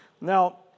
Now